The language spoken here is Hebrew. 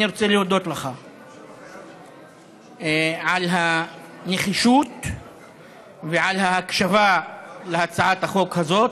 אני רוצה להודות לך על הנחישות ועל ההקשבה להצעת החוק הזאת,